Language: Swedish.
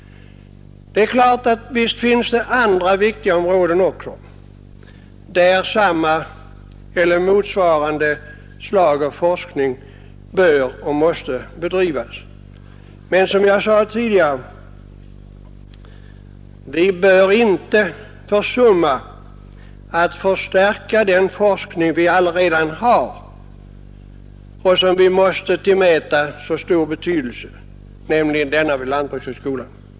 Visst finns det också andra viktiga områden där motsvarande slag av forskning bör och måste bedrivas, men som jag tidigare sade får vi inte försumma att förstärka den forskning vi redan har och som vi tillmäter så stor betydelse, nämligen forskningen vid lantbrukshögskolan.